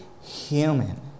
human